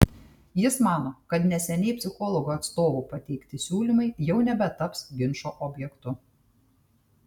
jis mano kad neseniai psichologų atstovų pateikti siūlymai jau nebetaps ginčo objektu